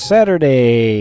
Saturday